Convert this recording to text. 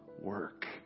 work